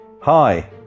Hi